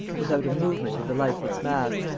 without a movement of the lifeless mass,